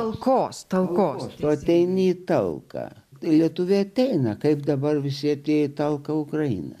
talkos talkos tu ateini į talką lietuviai ateina kaip dabar visi atėję į talką ukraina